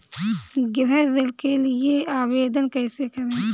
गृह ऋण के लिए आवेदन कैसे करें?